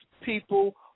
people